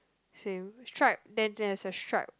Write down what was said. same stripe then there's a stripe